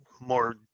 more